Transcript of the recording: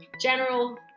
general